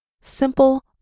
Simple